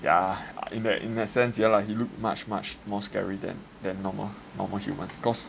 ya in that in that sense ya lah he looked much much more scary than than normal normal human cause